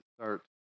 start